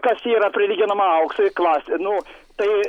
kas yra prilyginama auksui klasė nu tai